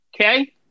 okay